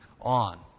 on